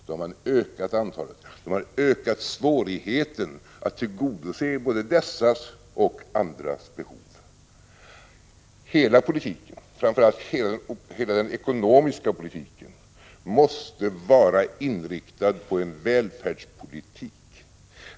Då har man ökat svårigheten att tillgodose både dessas och andras behov. Hela politiken, framför allt hela den ekonomiska politiken, måste vara inriktad på välfärd.